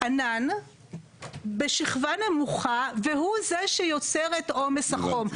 ענן בשכבה נמוכה, והוא זה שיוצר את עומס החום.